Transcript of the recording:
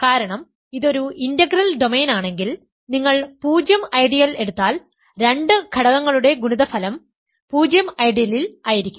കാരണം ഇതൊരു ഇന്റഗ്രൽ ഡൊമെയ്നാണെങ്കിൽ നിങ്ങൾ 0 ഐഡിയൽ എടുത്താൽ രണ്ട് ഘടകങ്ങളുടെ ഗുണിത ഫലം 0 ഐഡിയലിൽ ആയിരിക്കും